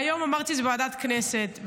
היום אמרתי את זה בוועדת הכנסת,